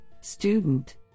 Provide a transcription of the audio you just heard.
student